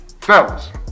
fellas